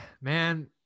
Man